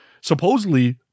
Supposedly